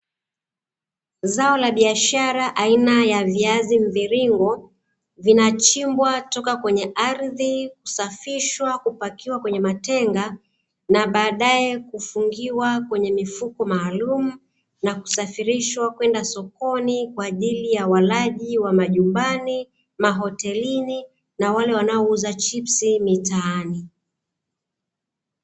Zao la biashara aina ya viazi mviringo, vinachimbwa kutoka kwenye ardhi, kusafishwa, kupakiwa kwenye matenga, na badae hufungiwa kwenye mifuko maalumu, na kusafirishwa kwenda sokoni, kwa ajili ya walaji wa majumbani, mahotelini na wale wanaouza chipsi mitaani.